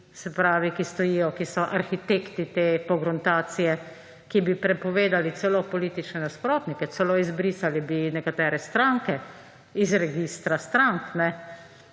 za ljudi, ki stojijo, ki so arhitekti te pogruntacije, ki bi prepovedali celo politične nasprotnike, celo izbrisali bi nekatere stranke iz registra strank. Se